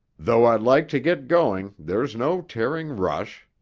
though i'd like to get going there's no tearing rush.